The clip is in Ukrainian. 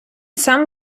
сам